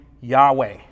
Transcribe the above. yahweh